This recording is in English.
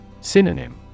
Synonym